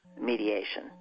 Mediation